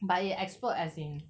but it explode as in